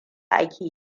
ake